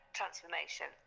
transformation